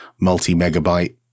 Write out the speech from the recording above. multi-megabyte